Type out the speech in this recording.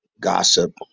gossip